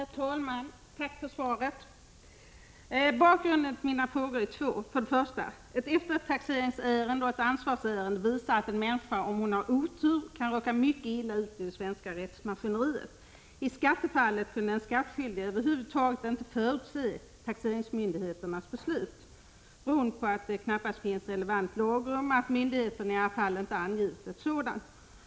Herr talman! Tack för svaret! Bakgrunden till mina frågor är följande: För det första gäller det ett eftertaxeringsärende och ett ansvarsärende som visar att en människa, om hon har otur, kan råka mycket illa ut i det svenska rättsmaskineriet. I skattefallet kunde den skattskyldige över huvud taget inte förutse taxeringsmyndigheternas beslut, eftersom det knappast finns relevant lagrum och myndigheterna i alla händelser inte hade angivit ett sådant.